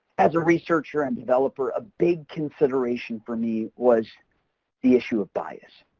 as a researcher and developer, a big consideration for me was the issue of bias.